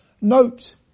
Note